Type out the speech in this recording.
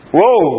Whoa